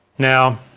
now,